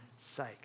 sake